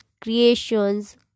creations